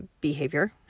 behavior